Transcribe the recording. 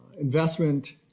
investment